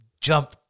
jump